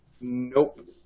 Nope